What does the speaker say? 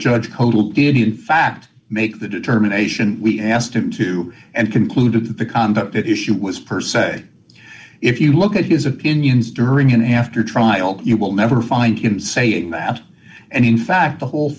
judge totally did in fact make the determination we asked him to and concluded that the conduct issue was per se if you look at his opinions during and after trial you will never find him saying that and in fact the whole